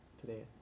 today